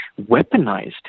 weaponized